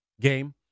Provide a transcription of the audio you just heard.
game